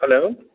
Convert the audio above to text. hello